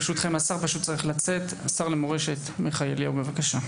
ברשותכם, השר למורשת, עמיחי אליהו, בבקשה.